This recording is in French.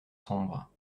sombre